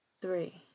three